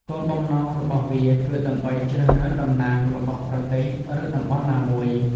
គោលបំណងរបស់វាគឺដើម្បីជ្រើសរើសតំណាងរបស់ប្រទេសឬតំបន់ណាមួយ។